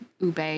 ube